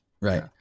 Right